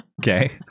Okay